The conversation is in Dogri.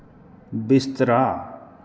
बिस्तरा